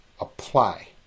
apply